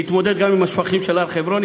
נתמודד גם עם השפכים של הר-חברון,